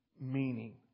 meaning